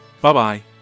Bye-bye